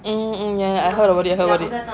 mm mm ya I heard about it heard about it